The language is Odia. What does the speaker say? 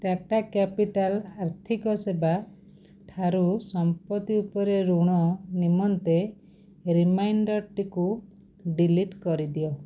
ଟାଟା କ୍ୟାପିଟାଲ୍ ଆର୍ଥିକ ସେବା ଠାରୁ ସମ୍ପତ୍ତି ଉପରେ ଋଣ ନିମନ୍ତେ ରିମାଇଣ୍ଡର୍ଟିକୁ ଡିଲିଟ୍ କରିଦିଅ